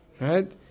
right